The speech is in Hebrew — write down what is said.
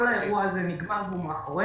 כל האירוע הזה נגמר והוא מאחורינו